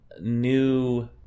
new